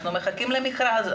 אנחנו מחכים למכרז,